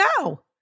no